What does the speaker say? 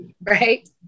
Right